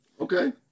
Okay